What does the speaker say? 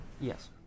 Yes